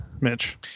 Mitch